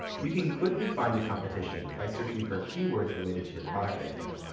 you can quickly find the competition by searching for keywords related to your product idea.